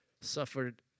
suffered